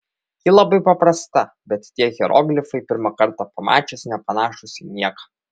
ji labai paprasta bet tie hieroglifai pirmą kartą pamačius nepanašūs į nieką